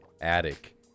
attic